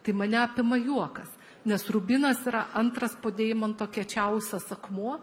tai mane apima juokas nes rubinas yra antras po deimanto kiečiausias akmuo